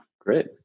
Great